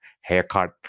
haircut